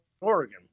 Oregon